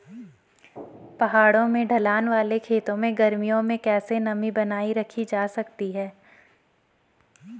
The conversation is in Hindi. पहाड़ों में ढलान वाले खेतों में गर्मियों में कैसे नमी बनायी रखी जा सकती है?